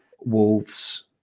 Wolves